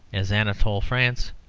as anatole france,